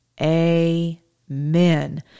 Amen